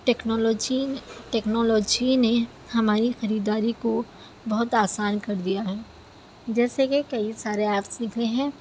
technology technology نے ہماری خریداری کو بہت آسان کر دیا ہے جیسے کہ کئی سارے ایپس نکلے ہیں